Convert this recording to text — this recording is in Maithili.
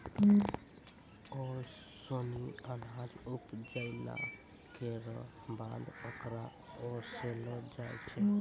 ओसौनी अनाज उपजाइला केरो बाद ओकरा ओसैलो जाय छै